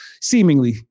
seemingly